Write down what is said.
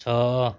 ଛଅ